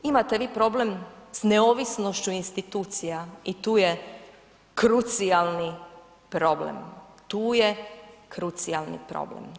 Imate vi problem sa neovisnošću institucija i tu je krucijalni problem, tu je krucijalni problem.